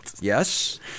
Yes